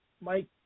Mike